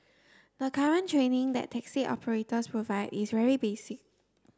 the current training that taxi operators provide is very basic